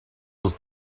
was